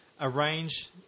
arrange